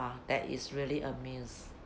that is really amaze